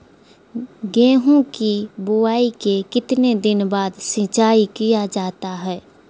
गेंहू की बोआई के कितने दिन बाद सिंचाई किया जाता है?